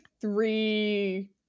three